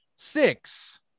Six